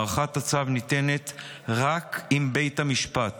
הארכת הצו ניתנת רק אם בית המשפט